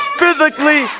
physically